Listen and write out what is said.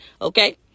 Okay